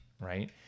right